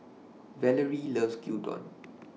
Valarie loves Gyudon